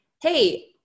Hey